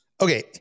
Okay